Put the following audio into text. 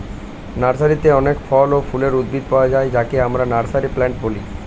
নার্সারিতে অনেক ফল ও ফুলের উদ্ভিদ পাওয়া যায় যাকে আমরা নার্সারি প্লান্ট বলি